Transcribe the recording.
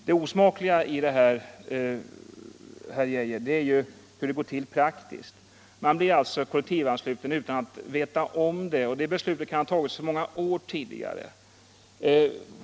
Det osmakliga i det här, herr Geijer, är ju hur det går till praktiskt. Man blir alltså kollektivansluten utan att veta om det, och beslutet kan ha fattats många år tillbaka i tiden.